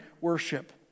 worship